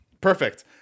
Perfect